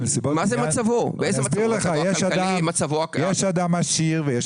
בנסיבות חייו --- אני אסביר לך: יש אדם עשיר ויש